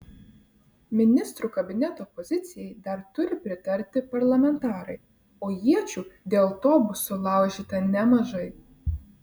ministrų kabineto pozicijai dar turi pritarti parlamentarai o iečių dėl to bus sulaužyta nemažai